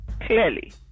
clearly